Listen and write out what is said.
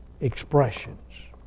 expressions